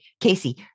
Casey